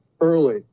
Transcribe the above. early